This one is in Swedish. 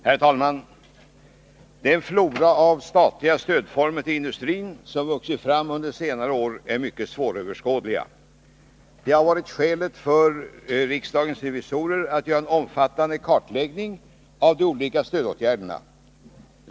Herr talman! Den flora av statliga stödformer till industrin som vuxit fram under senare år är mycket svåröverskådlig. Det har varit skälet för riksdagens revisorer att göra en omfattande kartläggning av de olika stödåtgärderna.